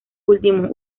último